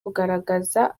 kugaragaza